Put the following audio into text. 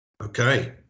Okay